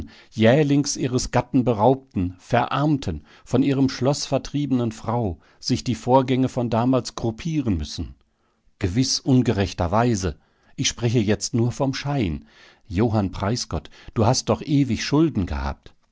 jählings ihres gatten beraubten verarmten von ihrem schloß vertriebenen frau sich die vorgänge von damals gruppieren müssen gewiß ungerechterweise ich spreche jetzt nur vom schein johann preisgott du hast doch ewig schulden gehabt